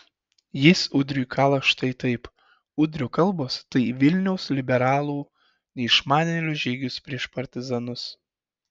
jis udriui kala štai taip udrio kalbos tai vilniaus liberalų neišmanėlio žygis prieš partizanus